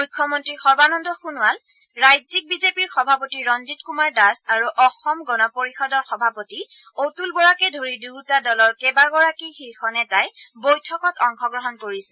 মুখ্যমন্তী সৰ্বানন্দ সোণোৱাল ৰাজ্যিক বিজেপিৰ সভাপতি ৰঞ্জিত কুমাৰ দাস আৰু অসম গণ পৰিষদৰ সভাপতি অতুল বৰাকে ধৰি দুয়োটা দলৰ কেইবাগৰাকী শীৰ্ষ নেতাই বৈঠকত অংশগ্ৰহণ কৰিছে